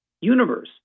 universe